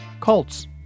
cults